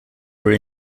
were